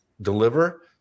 deliver